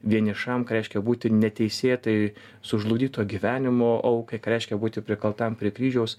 vienišam ką reiškia būti neteisėtai sužlugdyto gyvenimo aukai ką reiškia būti prikaltam prie kryžiaus